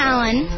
Alan